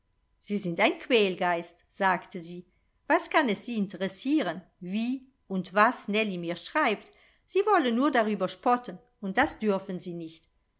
sie sind ein quälgeist sagte sie was kann es sie interessieren wie und was nellie mir schreibt sie wollen nur darüber spotten und das dürfen sie nicht